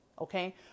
Okay